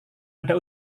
ada